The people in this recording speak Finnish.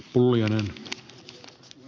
arvoisa puhemies